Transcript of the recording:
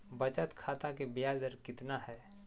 बचत खाता के बियाज दर कितना है?